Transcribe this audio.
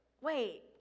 Wait